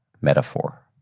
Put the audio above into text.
metaphor